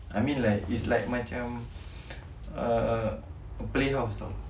I mean like is like macam uh a playhouse [tau]